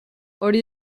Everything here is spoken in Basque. hori